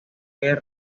guerra